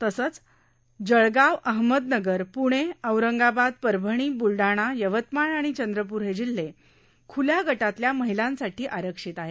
तसंच जळगाव अहमदनगर प्णे औरंगाबाद परभणी बुलडाणा यवतमाळ आणि चंद्रपूर हे जिल्हे ख्ल्या गटातल्या माहिलांसाठी आरिक्षत आहेत